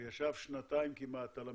שישב כמעט שנתיים על המדוכה,